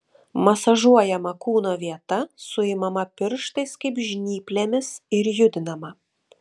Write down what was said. masažuojama kūno vieta suimama pirštais kaip žnyplėmis ir judinama